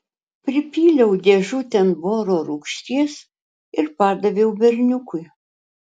pripyliau dėžutėn boro rūgšties ir padaviau berniukui